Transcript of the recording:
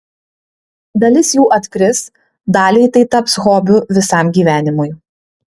dalis jų atkris daliai tai taps hobiu visam gyvenimui